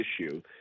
issue